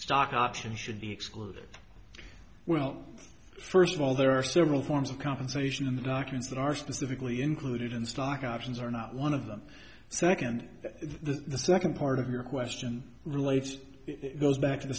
stock options should be excluded well first of all there are several forms of compensation in the documents that are specifically included in stock options are not one of them second that the second part of your question relates it goes back to the